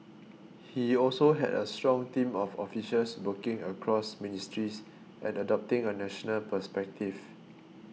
he also had a strong team of officials working across ministries and adopting a national perspective